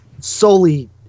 solely